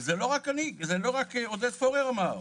וזה לא רק עודד פורר אמר.